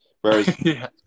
Whereas